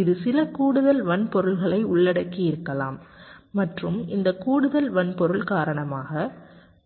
இது சில கூடுதல் வன்பொருள்களை உள்ளடக்கியிருக்கலாம் மற்றும் இந்த கூடுதல் வன்பொருள் காரணமாக